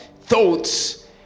thoughts